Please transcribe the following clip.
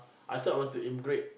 I thought I want to immigrate